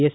S